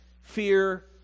Fear